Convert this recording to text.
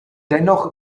dennoch